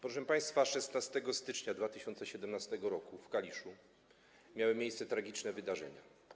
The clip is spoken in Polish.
Proszę państwa, 16 stycznia 2017 r. w Kaliszu miały miejsce tragiczne wydarzenia.